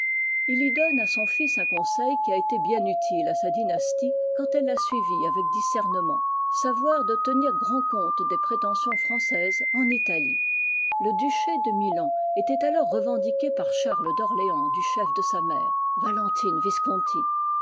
il y donne à son fils un conseil qui a été bien utile à sa dynastie quand elle l'a suivi avec discernement savoir de tenir grand compte des prétentions françaises en italie le duché de milan était alors revendiqué par charles d'orléans du chef de sa mère valentine visconti